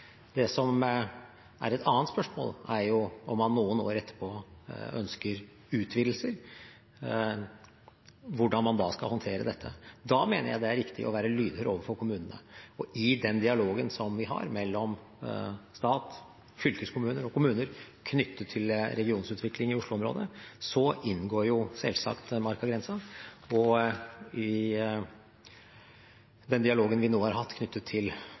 Det som er et annet spørsmål, er om man noen år etterpå ønsker utvidelser, og hvordan man da skal håndtere dette. Da mener jeg det er riktig å være lydhør overfor kommunene. Og i den dialogen som vi har mellom stat, fylkeskommuner og kommuner knyttet til regionsutvikling i Oslo-området, inngår selvsagt markagrensen. Den dialogen vi nå har hatt, knyttet til